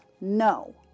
No